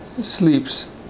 sleeps